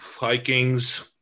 Vikings